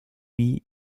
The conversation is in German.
wie